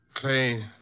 Clay